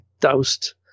doused